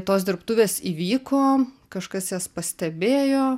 tos dirbtuvės įvyko kažkas jas pastebėjo